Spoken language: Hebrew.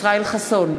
ישראל חסון,